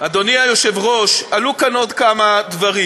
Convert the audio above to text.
אדוני היושב-ראש, עלו כאן עוד כמה דברים.